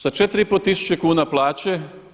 Sa 4,5 tisuće kuna plaće.